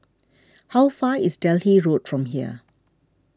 how far is Delhi Road from here